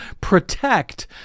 protect